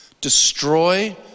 destroy